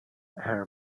her